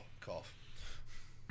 Cough